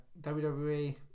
WWE